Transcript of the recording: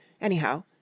Anyhow